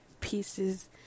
pieces